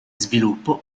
sviluppo